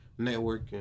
networking